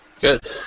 Good